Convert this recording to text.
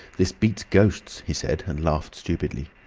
this beats ghosts, he said, and laughed stupidly.